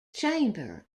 chamber